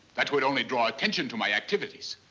that would only draw attention to my activities.